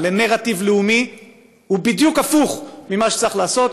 לנרטיב לאומי הוא בדיוק הפוך ממה שצריך לעשות.